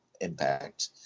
impact